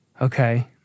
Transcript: okay